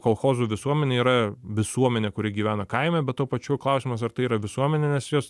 kolchozų visuomenė yra visuomenė kuri gyvena kaime bet tuo pačiu klausimas ar tai yra visuomenė nes jos